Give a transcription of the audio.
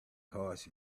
harsh